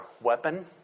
weapon